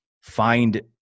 find